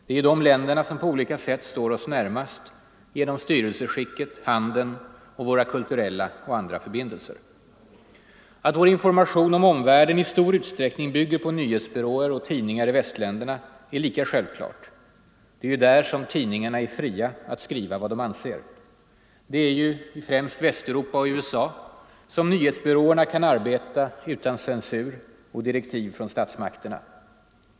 Det är ju de länderna som på olika sätt står oss närmast: genom styrelseskicket, handeln och våra kulturella och andra förbindelser. Att vår information om omvärlden i stor utsträckning bygger på nyhetsbyråer och tidningar i västländerna är lika självklart. Det är ju där som tidningarna är fria att skriva vad de anser. Det är ju i främst Västeuropa och USA som nyhetsbyråerna kan arbeta utan censur och direktiv från statsmakterna.